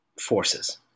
forces